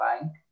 bank